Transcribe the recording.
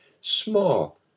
small